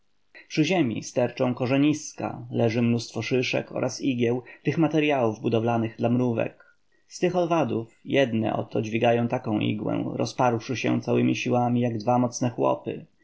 przy ziemi sterczą korzeniska leży mnóstwo szyszek oraz igieł tych materyałów budowlanych dla mrówek z tych owadów jedne oto dźwigają taką igłę rozparłszy się całemi siłami jak dwa mocne chłopy